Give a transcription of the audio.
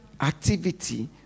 activity